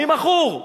אני מכור.